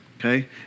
Okay